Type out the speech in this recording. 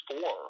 four